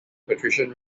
patrician